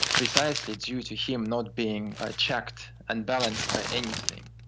precisely due to him not being ah checked and balanced by anything.